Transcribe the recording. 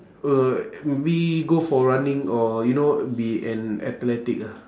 uh maybe go for running or you know be an athletic ah